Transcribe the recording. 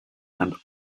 and